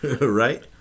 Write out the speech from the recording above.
Right